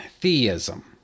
theism